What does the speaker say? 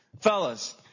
Fellas